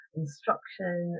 instruction